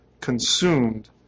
consumed